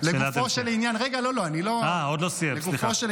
רגע, לגופו של עניין, עוד לא סיימת.